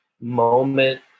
moment